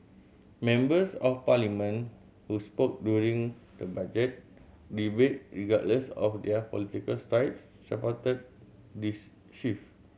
members of Parliament who spoke during the Budget debate regardless of their political stripes supported this shift